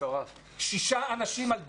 שישה אנשים על דונם,